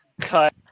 cut